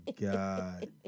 god